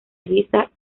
luisa